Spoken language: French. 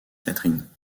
catherine